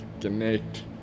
connect